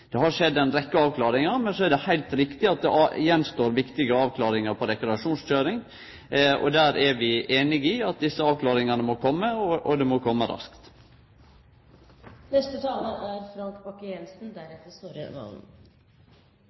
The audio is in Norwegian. Det har skjedd ei rekkje avklaringar. Men så er det heilt riktig at det står att viktige avklaringar på rekreasjonskøyring. Vi er einige i at desse avklaringane må kome, og dei må kome raskt. Nå er